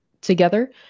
together